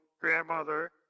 Grandmother